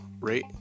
rate